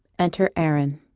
enter aaron